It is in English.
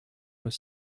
was